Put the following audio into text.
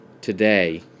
today